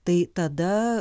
tai tada